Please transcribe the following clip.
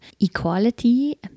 equality